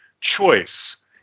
choice